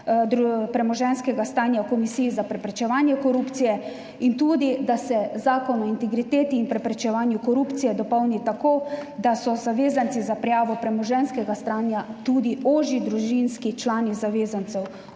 premoženjskega stanja Komisiji za preprečevanje korupcije in tudi, da se Zakon o integriteti in preprečevanju korupcije dopolni tako, da so zavezanci za prijavo premoženjskega stanja tudi ožji družinski člani zavezancev.